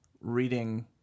reading